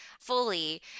fully